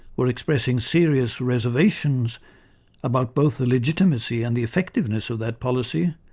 were expressing serious reservations about both the legitimacy and the effectiveness of that policy,